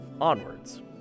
onwards